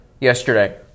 yesterday